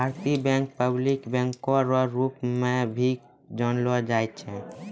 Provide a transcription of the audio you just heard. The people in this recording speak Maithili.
भारतीय बैंक पब्लिक बैंको रो रूप मे भी जानलो जाय छै